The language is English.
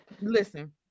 listen